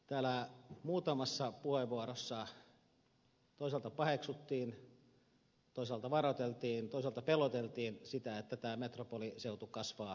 täällä muutamassa puheenvuorossa toisaalta paheksuttiin toisaalta varoiteltiin toisaalta peloteltiin että metropoliseutu kasvaa liian vahvasti